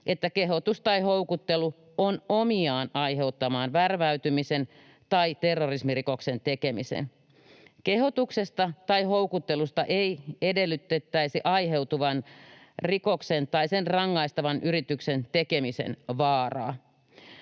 että kehotus tai houkuttelu on omiaan aiheuttamaan värväytymisen tai terrorismirikoksen tekemisen. Kehotuksesta tai houkuttelusta ei edellytettäisi aiheutuvan rikoksen tai sen rangaistavan yrityksen tekemisen vaaraa.